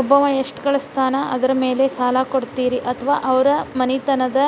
ಒಬ್ಬವ ಎಷ್ಟ ಗಳಿಸ್ತಾನ ಅದರ ಮೇಲೆ ಸಾಲ ಕೊಡ್ತೇರಿ ಅಥವಾ ಅವರ ಮನಿತನದ